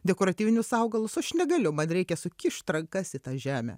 dekoratyvinius augalus aš negaliu man reikia sukišt rankas į tą žemę